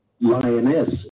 lioness